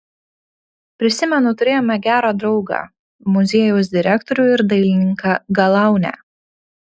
prisimenu turėjome gerą draugą muziejaus direktorių ir dailininką galaunę